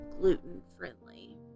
Gluten-friendly